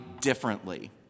differently